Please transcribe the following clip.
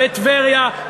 בטבריה,